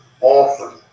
often